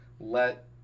let